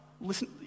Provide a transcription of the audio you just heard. listen